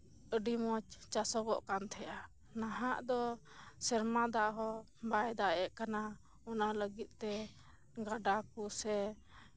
ᱟᱹᱰᱤ ᱢᱚᱸᱡᱽ ᱪᱟᱥᱚᱜᱚᱜ ᱠᱟᱱ ᱛᱟᱦᱮᱸᱫᱼᱟ ᱱᱟᱦᱟᱜ ᱫᱚ ᱥᱮᱨᱢᱟ ᱫᱟᱜ ᱦᱚᱸ ᱵᱟᱭ ᱫᱟᱜ ᱮᱫ ᱠᱟᱱᱟ ᱚᱱᱟ ᱞᱟᱹᱜᱤᱫ ᱛᱮ ᱜᱟᱰᱟ ᱠᱚ ᱥᱮ